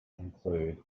include